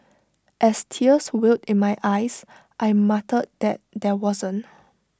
as tears welled in my eyes I muttered that there wasn't